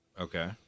Okay